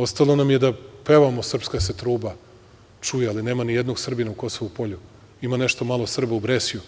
Ostalo nam je da pevamo "Srpska se truba s Kosova čuje", ali nema nijednog Srbina u Kosovu Polju, ima nešto malo Srba u Bresju,